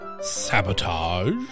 sabotage